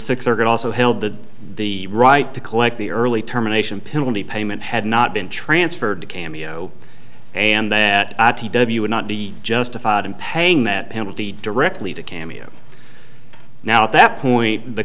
six are good also held the the right to collect the early terminations penalty payment had not been transferred to cameo and that you would not be justified in paying that penalty directly to cam you now at that point the